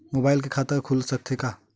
Mobile से खाता खुल सकथे का?